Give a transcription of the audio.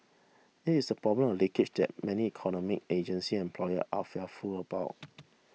it is the problem of 'leakage' that many economy agency and employer are very fearful about